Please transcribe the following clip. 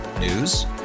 News